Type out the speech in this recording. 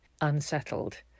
unsettled